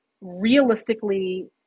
realistically